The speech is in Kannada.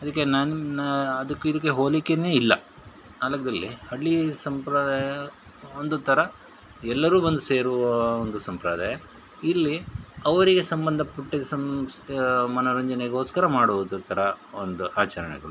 ಅದಕ್ಕೆ ನನ್ನ ಅದಕ್ಕೆ ಇದಕ್ಕೆ ಹೋಲಿಕೆನೇ ಇಲ್ಲ ಆ ಲೆಕ್ಕದಲ್ಲಿ ಹಳ್ಳಿ ಸಂಪ್ರದಾಯ ಒಂದು ಥರ ಎಲ್ಲರೂ ಬಂದು ಸೇರುವ ಒಂದು ಸಂಪ್ರದಾಯ ಇಲ್ಲಿ ಅವರಿಗೆ ಸಂಬಂಧಪಟ್ಟಿದ ಸಮ್ ಮನೋರಂಜನೆಗೋಸ್ಕರ ಮಾಡುವುದು ಒಂದು ಥರ ಒಂದು ಆಚರಣೆಗಳು